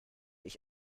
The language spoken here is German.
ich